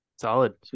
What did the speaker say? Solid